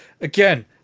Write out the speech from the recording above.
Again